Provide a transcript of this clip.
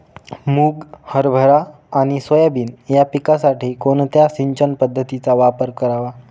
मुग, हरभरा आणि सोयाबीन या पिकासाठी कोणत्या सिंचन पद्धतीचा वापर करावा?